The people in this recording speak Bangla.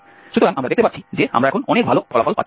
সুতরাং আমরা দেখতে পাচ্ছি যে আমরা এখন অনেক ভালো ফলাফল পাচ্ছি